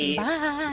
bye